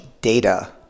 data